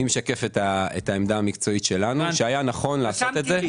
אני משקף את העמדה המקצועית שלנו שהיה נכון לעשות את זה